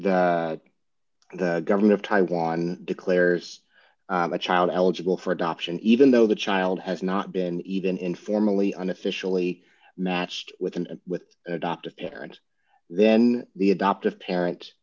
the government of taiwan declares a child eligible for adoption even though the child has not been even informally unofficially matched with an with an adoptive parent then the adoptive parent